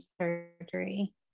surgery